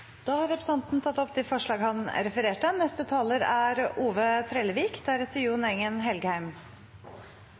Da har representanten Kirsti Leirtrø tatt opp de forslagene hun refererte til. Det er